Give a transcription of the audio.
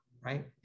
right